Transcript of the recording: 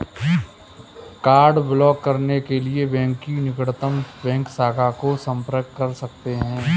card block करने के लिए बैंक की निकटतम बैंक शाखा से संपर्क कर सकते है